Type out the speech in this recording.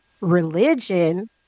religion